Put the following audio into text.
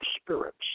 Spirits